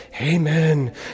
Amen